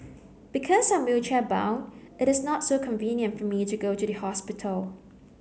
because I'm wheelchair bound it is not so convenient for me to go to the hospital